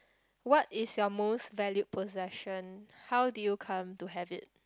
what is your most valued possession how did you come to have it